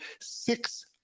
six